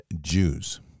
Jews